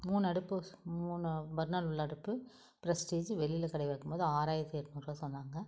மூணு அடுப்பு ஸ் மூணு பர்னர் உள்ள அடுப்பு பிரஸ்டீஜி வெளியில கடையில் கேட்கும்போது ஆறாயிரத்தி எட்நூறுபா சொன்னாங்கள்